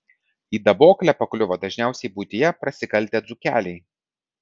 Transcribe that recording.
į daboklę pakliuvo dažniausiai buityje prasikaltę dzūkeliai